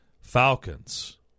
Falcons